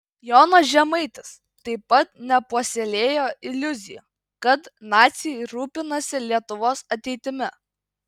jonas žemaitis taip pat nepuoselėjo iliuzijų kad naciai rūpinasi lietuvos ateitimi